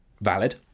valid